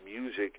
music